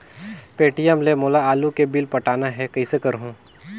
Paytm ले मोला आलू के बिल पटाना हे, कइसे करहुँ?